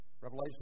Revelation